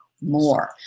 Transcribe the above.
more